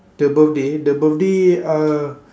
the birthday the birthday uh